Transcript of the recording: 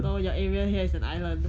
no your area here is an island